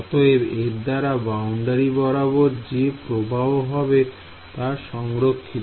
অতএব এর দ্বারা বাউন্ডারি বরাবর যে প্রবাহ হবে তার সংরক্ষিত